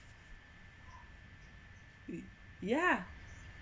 yeah